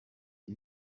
cyo